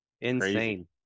insane